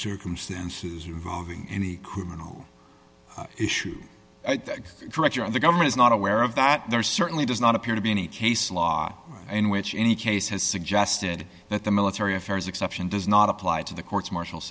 circumstances involving any criminal issues director of the government is not aware of that there certainly does not appear to be any case law in which any case has suggested that the military affairs exception does not apply to the courts mar